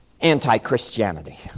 anti-Christianity